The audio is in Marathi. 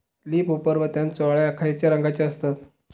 लीप होपर व त्यानचो अळ्या खैचे रंगाचे असतत?